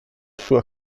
sua